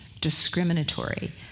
discriminatory